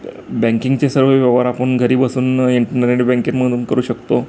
बँकिंगचे सर्व व्यवहार आपण घरी बसून इंटरनेट बँकिंगमधून करू शकतो